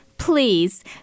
Please